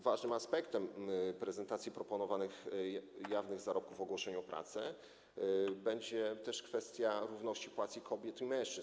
Ważnym aspektem prezentacji proponowanych jawnych zarobków w ogłoszeniach o pracę będzie też kwestia równości płacy kobiet i mężczyzn.